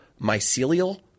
Mycelial